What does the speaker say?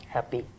Happy